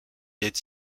est